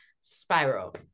spiral